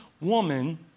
woman